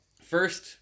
First